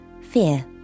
fear